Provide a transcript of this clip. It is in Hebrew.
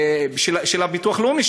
של הביטוח הלאומי,